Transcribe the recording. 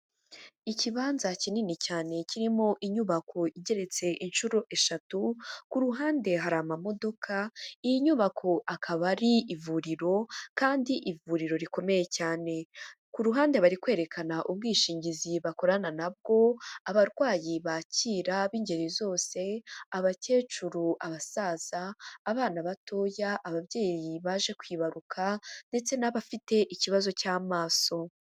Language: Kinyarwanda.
Ikibanza kinini cyane kirimo inyubako igeretse inshuro eshatu, ku ruhande hari amamodoka, iyi nyubako akaba ari ivuriro, kandi ivuriro rikomeye cyane. Ku ruhande bari kwerekana ubwishingizi bakorana nabwo, abarwayi bakira b'ingeri zose, abakecuru, abasaza, abana batoya, ababyeyi baje kwibaruka ndetse n'abafite ikibazo cy'amaso.